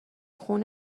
خون